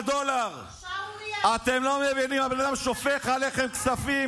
70% מהיהודים במדינת ישראל לא נחשבים.